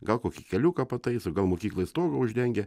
gal kokį keliuką pataiso gal mokyklai stogą uždengia